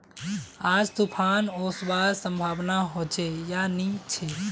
आज तूफ़ान ओसवार संभावना होचे या नी छे?